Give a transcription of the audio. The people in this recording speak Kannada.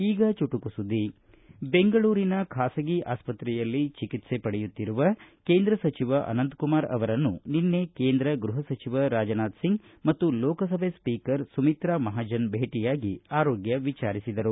ಈಗ ಚುಟುಕು ಸುದ್ದಿ ಬೆಂಗಳೂರಿನ ಖಾಸಗಿ ಆಸ್ಪತ್ರೆಯಲ್ಲಿ ಚಿಕಿತ್ಸೆ ಪಡೆಯುತ್ತಿರುವ ಕೇಂದ್ರ ಸಚಿವ ಅನಂತಕುಮಾರ ಅವರನ್ನು ನಿನ್ನೆ ಕೇಂದ್ರ ಗೃಹ ಸಚಿವ ರಾಜನಾಥಸಿಂಗ್ ಮತ್ತು ಲೋಕಸಭೆ ಸ್ವೀಕರ್ ಸುಮಿತ್ರಾ ಮಹಾಜನ್ ಭೇಟಿಯಾಗಿ ಆರೋಗ್ಯ ವಿಚಾರಿಸಿದರು